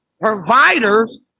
providers